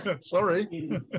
Sorry